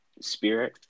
Spirit